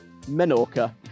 Menorca